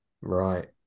right